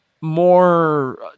more